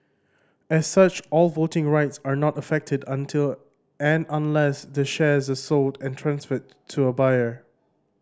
as such all voting rights are not affected until and unless the shares are sold and transferred to a buyer